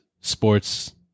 sports